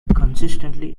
consistently